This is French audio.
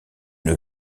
une